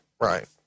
Right